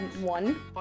one